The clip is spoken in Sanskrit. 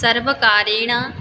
सर्वकारेण